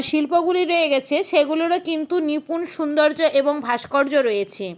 শিল্পগুলি রয়ে গিয়েছে সেগুলোরও কিন্তু নিপুণ সৌন্দর্য এবং ভাস্কর্য রয়েছে